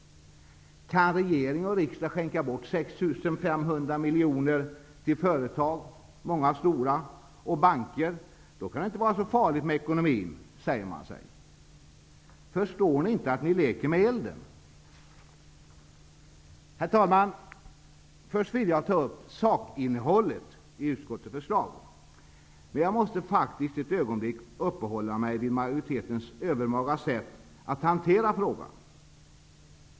Kan regering och riksdag skänka bort 6 500 miljoner kronor till företag, många stora, och banker, då kan det väl inte vara så farligt med ekonomin, säger man sig. Förstår ni inte att ni ''leker med elden''? Herr talman! Först ville jag ta upp sakinnehållet i utskottets förslag, men jag måste faktiskt ett ögonblick uppehålla mig vid majoritetens övermaga sätt att hantera frågan.